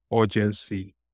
urgency